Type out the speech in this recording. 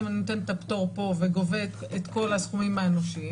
אני נותן את הפטור פה וגובה את כל הסכומים מהאנשים?